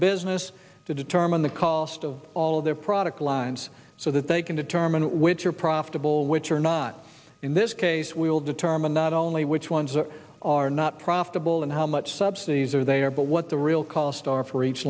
business to determine the cost of all of their product lines so that they can determine which are profitable which are not in this case we will determine not only which ones that are not profitable and how much subsidies are they are but what the real cost are for each